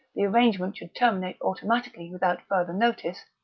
the arrangement should terminate automatically without further notice,